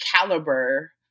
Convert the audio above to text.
caliber